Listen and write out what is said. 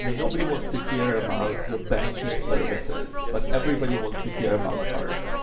and nobody wants to hear about your banking services, but everybody wants to hear about art.